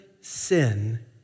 sin